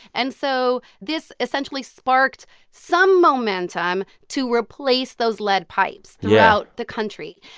and so this essentially sparked some momentum to replace those lead pipes. yeah. throughout the country.